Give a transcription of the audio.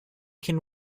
can